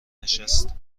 نشست